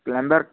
plumber